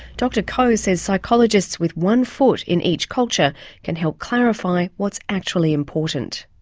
dr ko says psychologists with one foot in each culture can help clarify what's actually important.